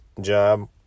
job